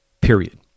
period